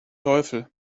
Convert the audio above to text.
teufel